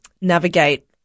navigate